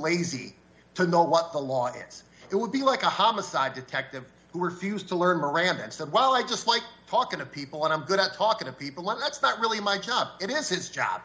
lazy to know what the law is it would be like a homicide detective who refused to learn miranda and said well i just like talking to people and i'm good at talking to people let's not really my job it is his job